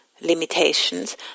limitations